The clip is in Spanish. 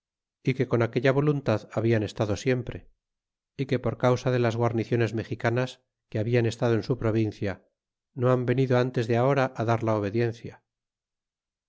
é que con aquella voluntad hablan estado siempre é que por causa de las guarniciones mexicanas que habian estado e su r lvincia no han venido ntes de ahora dar a obediencia